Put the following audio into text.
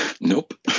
Nope